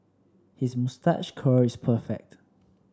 his moustache curl is perfect